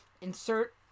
insert